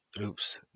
Oops